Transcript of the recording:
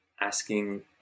asking